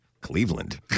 Cleveland